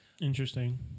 interesting